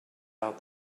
out